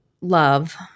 love –